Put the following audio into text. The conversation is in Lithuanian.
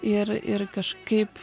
ir ir kažkaip